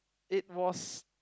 it was